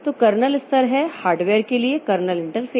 तो कर्नेल स्तर है हार्डवेयर के लिए कर्नेल इंटरफ़ेस